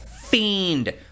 fiend